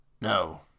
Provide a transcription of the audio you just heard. No